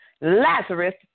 Lazarus